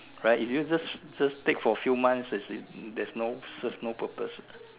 correct if you just just take for few months as in there's no serve no purpose